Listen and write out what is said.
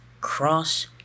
cross